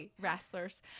wrestlers